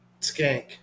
skank